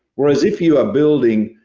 whereas if you are building